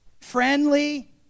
friendly